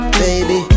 baby